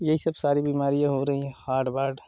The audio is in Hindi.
यही सब सारी बीमारियाँ हो रही है हार्ड वार्ड